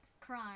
cry